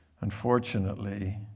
Unfortunately